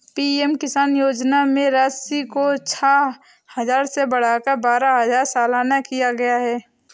PM Kisan योजना में राशि को छह हजार से बढ़ाकर बारह हजार सालाना किया गया है